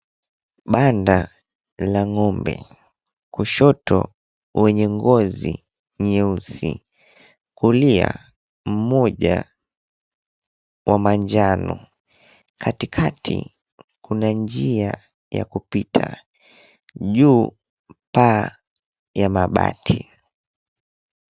Banda la ng'ombe kushoto wenye ngozi nyeusi. Kulia mmoja wa manjano. Katikati kuna njia ya kupita juu paa ya mabati.